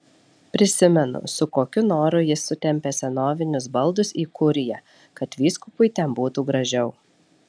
prisimenu su kokiu noru jis sutempė senovinius baldus į kuriją kad vyskupui ten būtų gražiau